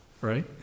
Right